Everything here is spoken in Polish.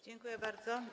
Dziękuję bardzo.